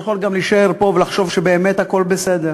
אתה יכול גם להישאר פה ולחשוב שבאמת הכול בסדר.